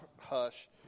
hush